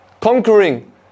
conquering